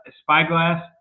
Spyglass